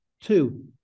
Two